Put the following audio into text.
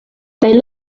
they